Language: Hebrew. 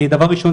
דבר ראשון,